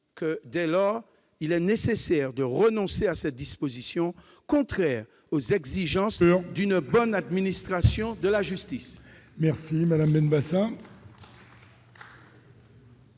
Dès lors, il est nécessaire de renoncer à cette disposition, qui est contraire aux exigences d'une bonne administration de la justice.